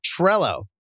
Trello